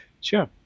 Sure